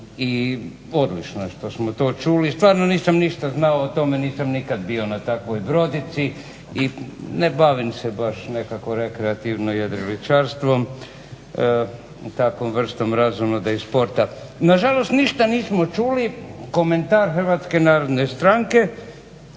i poučeno je to što smo čuli. Stvarno nisam ništa znao o tome nisam nikad bio na takvoj brodici i ne bavim se baš nekako rekreativno jedriličarstvom i takvom vrstom razonode i sporta. Nažalost ništa nismo čuli komentar HNS-a oko toga da će